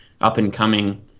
up-and-coming